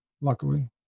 luckily